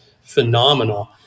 phenomenal